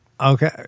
okay